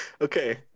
Okay